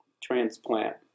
transplant